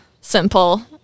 simple